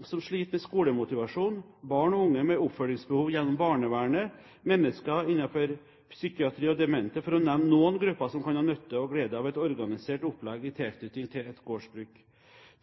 som sliter med skolemotivasjon, barn og unge med oppfølgingsbehov gjennom barnevernet, mennesker innenfor psykiatrien og demente – for å nevne noen grupper som kan ha nytte og glede av et organisert opplegg i tilknytning til et gårdsbruk.